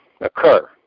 occur